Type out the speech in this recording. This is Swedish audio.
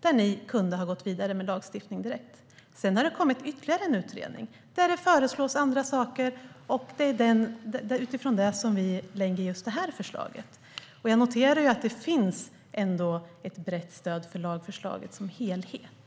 Då kunde ni ha gått vidare med lagstiftning direkt. Sedan har det kommit ytterligare en utredning där det föreslås andra saker, och det är utifrån det som vi lägger fram just detta förslag. Jag noterar att det ändå finns ett brett stöd för lagförslaget som helhet.